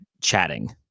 chatting